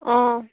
অঁ